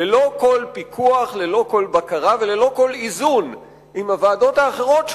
ללא כל פיקוח ללא כל בקרה וללא כל איזון עם הוועדות האחרות,